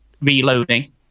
reloading